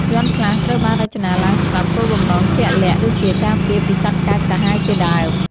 យ័ន្តខ្លះត្រូវបានរចនាឡើងសម្រាប់គោលបំណងជាក់លាក់ ដូចជាការពារពីសត្វកាចសាហាវជាដើម។